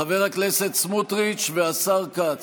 חבר הכנסת סמוטריץ' והשר כץ.